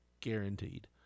guaranteed